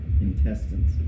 Intestines